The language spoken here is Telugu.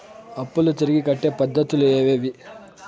అప్పులు తిరిగి కట్టే పద్ధతులు ఏవేవి